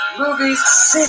movies